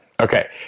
Okay